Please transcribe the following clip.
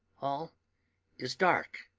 all is dark.